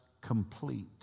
complete